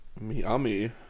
Miami